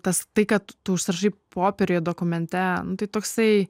tas tai kad tu užsirašai popieriuje dokumente nu tai toksai